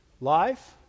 life